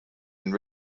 and